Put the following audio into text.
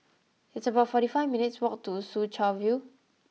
it's about forty five minutes' walk to Soo Chow View